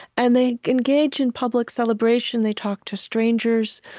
and they engage in public celebration. they talk to strangers.